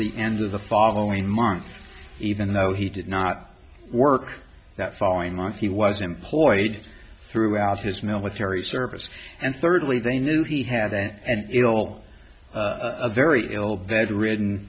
the end of the following month even though he did not work that following month he was employed throughout his military service and thirdly they knew he had and it all a very ill bedridden